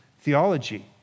theology